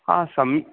आसम्